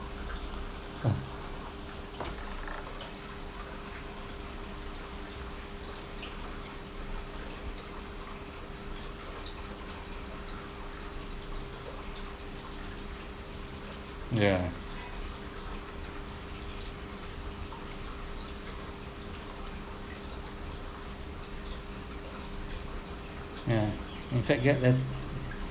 ya ya in fact get less